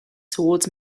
towards